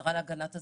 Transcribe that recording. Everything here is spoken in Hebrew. השרה להגנת הסביבה,